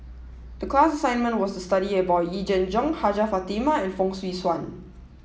the class assignment was to study about Yee Jenn Jong Hajjah Fatimah and Fong Swee Suan